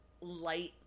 light